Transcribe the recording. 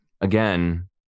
again